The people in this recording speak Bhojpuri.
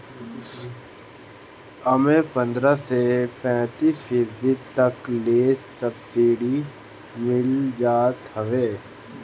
एमे पन्द्रह से पैंतीस फीसदी तक ले सब्सिडी मिल जात हवे